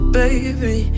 baby